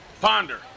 Ponder